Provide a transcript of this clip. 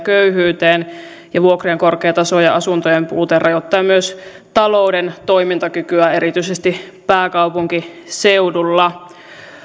köyhyyteen ja vuokrien korkea taso ja asuntojen puute rajoittavat myös talouden toimintakykyä erityisesti pääkaupunkiseudulla